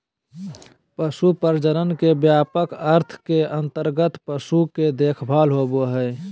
पशु प्रजनन के व्यापक अर्थ के अंतर्गत पशु के देखभाल होबो हइ